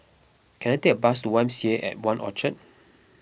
can I take a bus to Y M C A at one Orchard